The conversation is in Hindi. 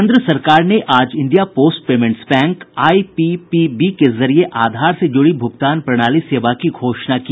केन्द्र सरकार ने आज India Post Payments Bank IPPB के जरिये आधार से जुड़ी भुगतान प्रणाली सेवा की घोषणा की